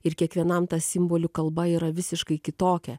ir kiekvienam ta simbolių kalba yra visiškai kitokia